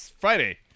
friday